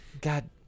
god